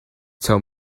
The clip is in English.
tell